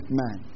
man